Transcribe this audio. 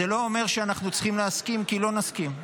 זה לא אומר שאנחנו צריכים להסכים, כי לא נסכים.